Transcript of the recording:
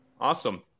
awesome